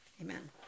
amen